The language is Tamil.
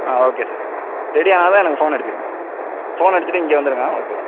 ஆ ஓகே சார் ரெடி ஆனதும் எனக்கு ஃபோன் அடிச்சுடுங்க ஃபோன் அடிச்சுட்டு இங்கே வந்துடுங்க ஓகே சார்